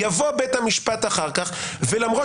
בית המשפט אומר: סליחה,